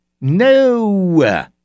No